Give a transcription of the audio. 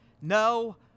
No